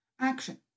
Action